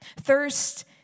Thirst